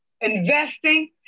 investing